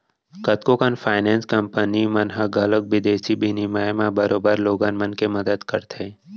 कतको कन finance company मन ह घलौक बिदेसी बिनिमय म बरोबर लोगन मन के मदत करथे